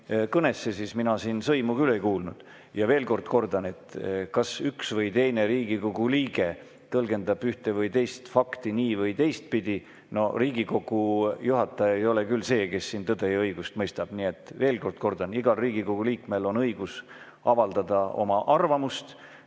kõnet, siis mina siin sõimu küll ei kuulnud. Ja veel kord kordan: kui üks või teine Riigikogu liige tõlgendab ühte või teist fakti nii- või teistpidi, siis Riigikogu juhataja ei ole küll see, kes siin tõde ja õigust mõistab. Nii et veel kord kordan: igal Riigikogu liikmel on õigus avaldada oma arvamust,